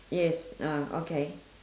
yes ah okay